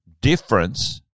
difference